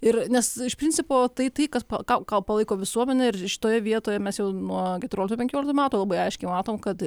ir nes iš principo tai tai kas po ką ką palaiko visuomenė ir šitoje vietoje mes jau nuo keturioliktų penkioliktų metų labai aiškiai matom kad